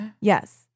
Yes